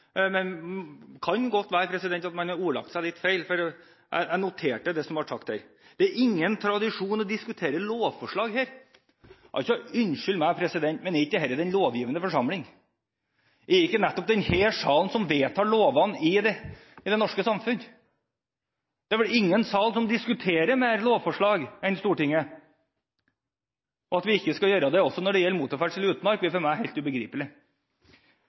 men det kan godt være at man har ordlagt seg litt feil, for jeg noterte at det ble sagt at det er ingen tradisjon å diskutere lovforslag her. Unnskyld meg, men er ikke dette den lovgivende forsamling? Er det ikke nettopp denne salen som vedtar lovene i det norske samfunn? Det er vel ingen sal som diskuterer mer lovforslag enn Stortinget. Og at vi heller ikke skal gjøre det når det gjelder motorferdsel i utmark, blir for meg helt ubegripelig.